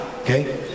Okay